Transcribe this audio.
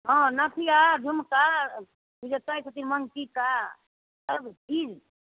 हँ नथिया झुमका ई जे कहै छथिन मनटीका सब चीज